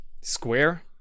square